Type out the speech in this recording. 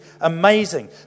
amazing